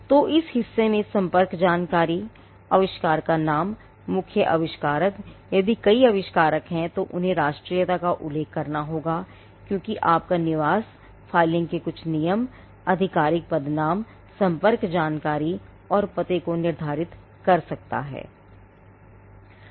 तो इस हिस्से में संपर्क जानकारी आविष्कार का नाम मुख्य आविष्कारक यदि कई आविष्कारक हैं तो उन्हें राष्ट्रीयता का उल्लेख करना होगा क्योंकि आपका निवास फाइलिंग के कुछ नियम आधिकारिक पदनाम संपर्क जानकारी और पते को निर्धारित कर सकता है